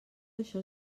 això